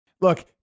Look